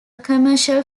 commercial